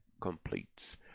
completes